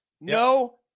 No